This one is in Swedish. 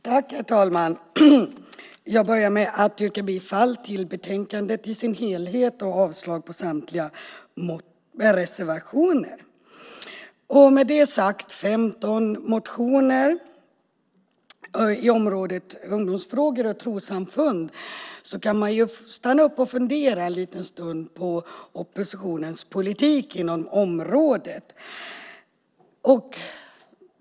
Herr talman! Jag yrkar bifall till utskottets förslag i betänkandet och avslag på samtliga reservationer. Med 15 motioner på området ungdomsfrågor och trossamfund kan man stanna upp och fundera en liten stund på oppositionens politik inom området.